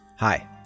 Hi